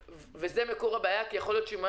זה מקור הבעיה כי יכול להיות שאם הוא